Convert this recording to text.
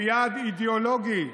כיעד אידיאולוגי.